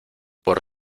por